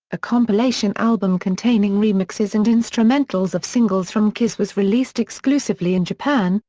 a compilation album containing remixes and instrumentals of singles from kiss was released exclusively in japan,